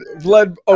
blood